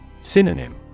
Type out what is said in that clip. Synonym